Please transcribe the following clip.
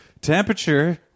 temperature